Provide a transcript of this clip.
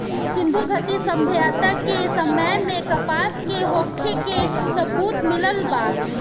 सिंधुघाटी सभ्यता के समय में कपास के होखे के सबूत मिलल बा